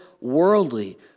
worldly